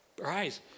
rise